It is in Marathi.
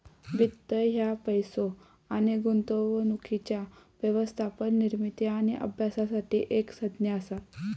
वित्त ह्या पैसो आणि गुंतवणुकीच्या व्यवस्थापन, निर्मिती आणि अभ्यासासाठी एक संज्ञा असा